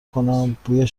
کنم، بوی